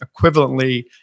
equivalently